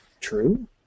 true